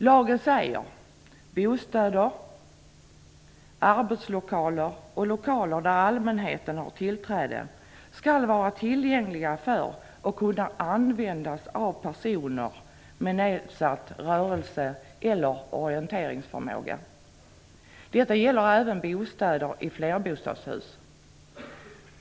Lagen säger att "bostäder, arbetslokaler eller lokaler till vilka allmänheten har tillträde, skall vara tillgängliga för personer med nedsatt rörelse eller orienteringsförmåga". Detta gäller även bostäder i flerbostadshus.